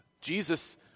Jesus